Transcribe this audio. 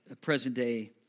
present-day